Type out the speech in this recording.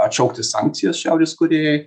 atšaukti sankcijas šiaurės korėjai